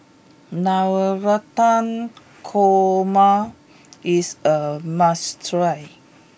Navratan Korma is a must try